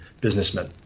businessmen